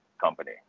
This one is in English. company